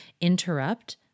interrupt